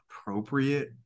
appropriate